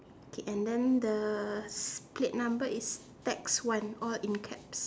okay and then the plate number is taxi one all in caps